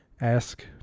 ask